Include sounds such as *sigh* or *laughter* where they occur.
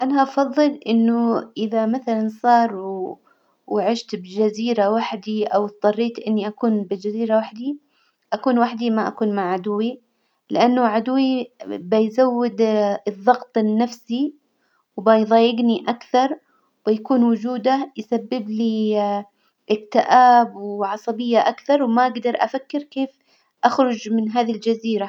أنا أفظل إنه إذا مثلا صار و- وعشت بجزيرة وحدي أو إضطريت إني أكون بجزيرة وحدي أكون وحدي ما أكون مع عدوي، لإنه عدوي بيزود *hesitation* الظغط النفسي وبيظايجني أكثر، وبيكون وجوده يسبب لي *hesitation* إكتئاب وعصبية أكثر، وما أجدر أفكر كيف أخرج من هذه الجزيرة.